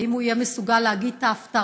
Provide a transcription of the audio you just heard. האם הוא יהיה מסוגל להגיד את ההפטרה?